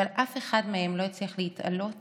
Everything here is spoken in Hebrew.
אבל אף אחד מהם לא הצליח להתעלות